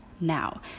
now